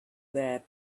that